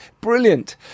Brilliant